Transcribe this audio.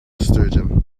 sturgeon